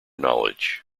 knowledge